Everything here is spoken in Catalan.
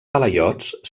talaiots